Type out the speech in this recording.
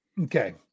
okay